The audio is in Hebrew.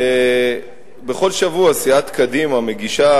בכל שבוע סיעת קדימה מגישה,